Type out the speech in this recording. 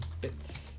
bits